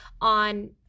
on